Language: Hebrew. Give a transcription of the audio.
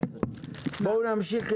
בוא נמשיך.